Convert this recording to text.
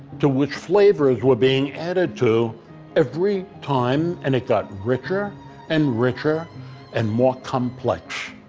to which flavors were being added to every time and it got richer and richer and more complex.